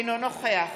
אינו נוכח